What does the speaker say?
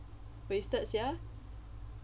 wasted sia